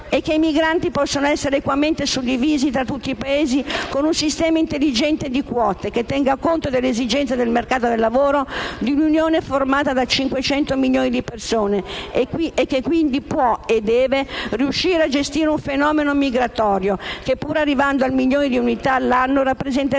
che i migranti possano essere equamente suddivisi tra tutti i Paesi con un sistema intelligente di quote, che tenga conto delle esigenze del mercato del lavoro di un'Unione formata da 500 milioni di persone e che quindi può e deve riuscire a gestire un fenomeno migratorio che, pur arrivando al milione di unità all'anno, rappresenterebbe